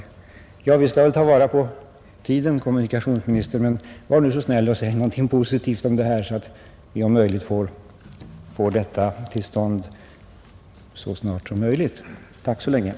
För att tillvarata tiden här på bästa sätt vill jag sluta med en uppmaning till kommunikationsministern: Var nu snäll och säg något positivt om denna fråga, så att vi så snart som möjligt får en sådan trafikhjälpsanordning som jag här har talat för.